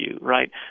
right